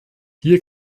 hier